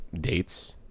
dates